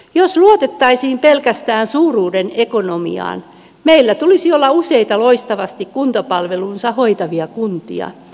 jos luotettaisiin pelkästään suuruuden ekonomiaan meillä tulisi olla useita loistavasti kuntapalvelunsa hoitavia kuntia